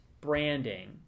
branding